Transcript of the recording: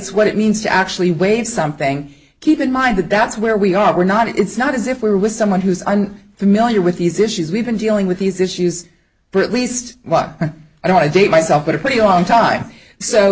what it means to actually waive something keep in mind that that's where we are we're not it's not as if we're with someone who's i'm familiar with these issues we've been dealing with these issues for at least what i want to date myself but a pretty long time so